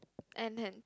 and hand